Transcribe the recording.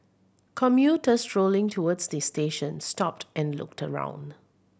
commuters strolling towards the station stopped and looked around